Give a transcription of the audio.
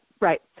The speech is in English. right